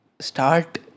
start